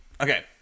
Okay